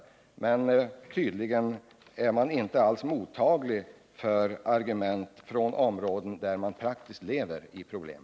Tydligen är man inom utskottsmajoriteten inte alls mottaglig för argument som framförs av dem som lever i de här områdena och som i praktiken har dessa problem.